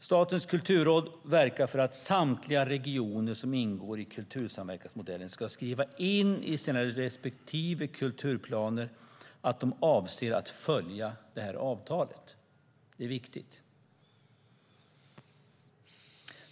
Statens kulturråd verkar för att samtliga regioner som ingår i kultursamverkansmodellen ska skriva in i sina respektive kulturplaner att de avser att följa avtalet. Det är viktigt.